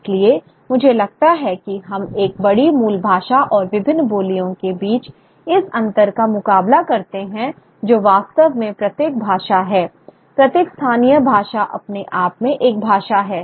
इसलिए मुझे लगता है कि हम एक बड़ी मूल भाषा और विभिन्न बोलियों के बीच इस अंतर का मुकाबला करते हैं जो वास्तव में प्रत्येक भाषा है प्रत्येक स्थानीय भाषा अपने आप में एक भाषा है